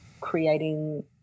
creating